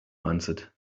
answered